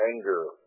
anger